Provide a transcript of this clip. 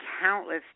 countless